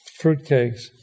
fruitcakes